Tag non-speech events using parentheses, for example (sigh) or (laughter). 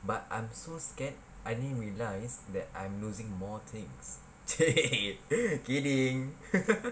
but I'm so scared I didn't realise that I'm losing more things !chey! (laughs) kidding